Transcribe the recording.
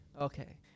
Okay